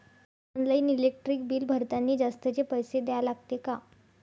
Online electric bill भरतानी जास्तचे पैसे द्या लागते का?